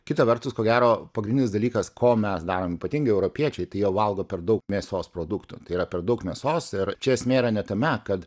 kita vertus ko gero pagrindinis dalykas ko mes darom ypatingai europiečiai tai jie valgo per daug mėsos produktų tai yra per daug mėsos ir čia esmė yra ne tame kad